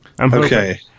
Okay